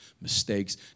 mistakes